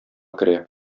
керә